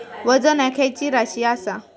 वजन ह्या खैची राशी असा?